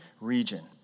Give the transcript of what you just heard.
region